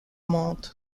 monde